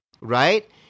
right